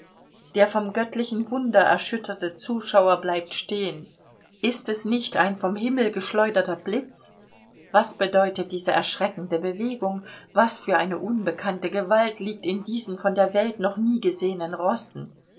der vom göttlichen wunder erschütterte zuschauer bleibt stehen ist es nicht ein vom himmel geschleuderter blitz was bedeutet diese erschreckende bewegung was für eine unbekannte gewalt liegt in diesen von der welt noch nie gesehenen rossen